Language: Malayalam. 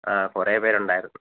ആ കുറേ പേർ ഉണ്ടായിരുന്നു